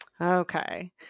Okay